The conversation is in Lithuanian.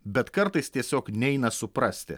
bet kartais tiesiog neina suprasti